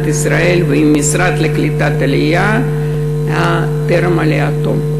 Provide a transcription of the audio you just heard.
ישראל ועם המשרד לקליטת העלייה טרם עלייתו.